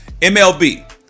mlb